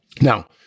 Now